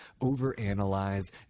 overanalyze